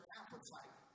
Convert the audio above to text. appetite